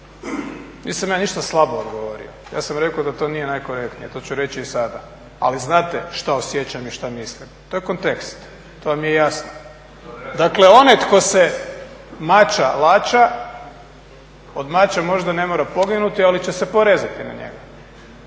Nisam ja ništa slabo odgovorio. Ja sam rekao da to nije najkorektnije, to ću reći i sada. Ali znate što osjećam i što mislim. To je kontekst. To vam je jasno. Dakle, onaj tko se mača lača od mača možda ne mora poginuti, ali će se porezati na njega.